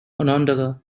onondaga